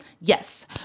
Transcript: yes